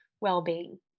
well-being